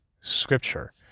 scripture